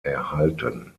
erhalten